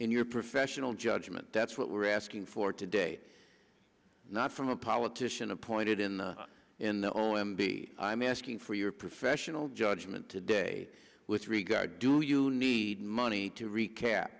in your professional judgment that's what we're asking for today not from a politician appointed in and the only be i'm asking for your professional judgment today with regard do you need money to recap